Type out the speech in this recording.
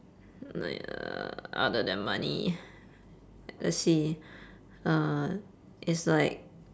like uh other than money let's see uh it's like